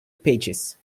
pages